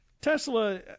Tesla